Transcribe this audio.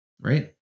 right